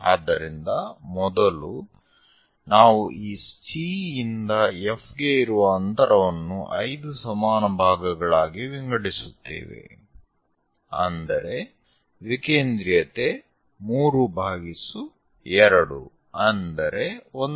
ಆದ್ದರಿಂದ ಮೊದಲು ನಾವು ಈ C ಯಿಂದ F ಗೆ ಇರುವ ಅಂತರವನ್ನು 5 ಸಮಾನ ಭಾಗಗಳಾಗಿ ವಿಂಗಡಿಸುತ್ತೇವೆ ಅಂದರೆ ವಿಕೇಂದ್ರೀಯತೆ 3 2 ಅಂದರೆ 1